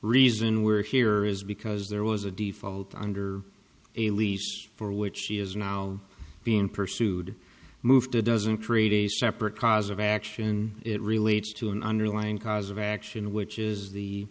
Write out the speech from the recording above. reason we're here is because there was a default under a lease for which she is now being pursued moved to doesn't create a separate cause of action it relates to an underlying cause of action which is the